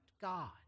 God